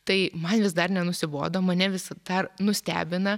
tai man vis dar nenusibodo mane vis dar nustebina